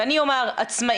ואני אומר עצמאי,